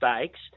Stakes